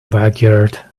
backyard